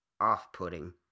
off-putting